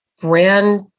brand